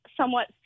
somewhat